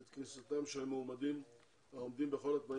את כניסתם של מועמדים העומדים בכל התנאים